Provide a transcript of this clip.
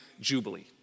jubilee